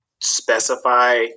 specify